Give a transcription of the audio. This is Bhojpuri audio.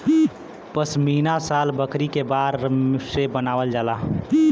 पश्मीना शाल बकरी के बार से बनावल जाला